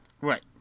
Right